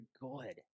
good